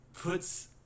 Puts